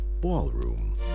ballroom